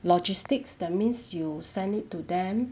logistics that means you send it to them